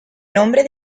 nombre